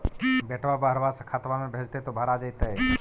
बेटा बहरबा से खतबा में भेजते तो भरा जैतय?